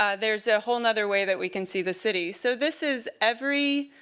ah there's a whole nother way that we can see the city. so this is every